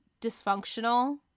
dysfunctional